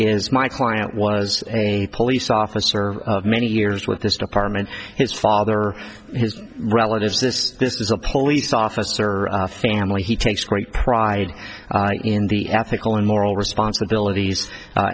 is my client was a police officer many years with this department his father his relatives this this is a police officer family he takes great pride in the ethical and moral responsibilities